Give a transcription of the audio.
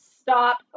stop